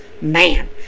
man